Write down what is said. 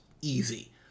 Easy